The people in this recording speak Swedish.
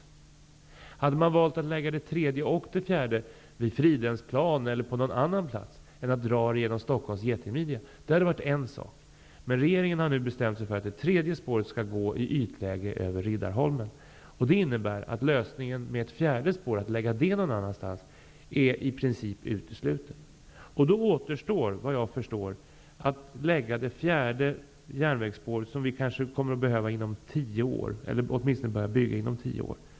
Om man hade valt att lägga det tredje och det fjärde spåret vid Fridhemsplan eller på någon annan plats i stället för att dra det genom Stockholms getingmidja, hade varit en sak. Men regeringen har nu bestämt sig för att det tredje spåret skall gå i ytläge över Riddaholmen. Det innebär att lösningen med att lägga ett fjärde spår någon annanstans är i princip utesluten. Då återstår frågan, såvitt jag förstår, var man skall lägga det fjärde järnvägsspåret, som vi kanske kommer att behöva inom tio år, eller åtminstone börja bygga inom tio år.